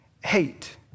Hate